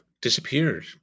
disappeared